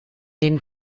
den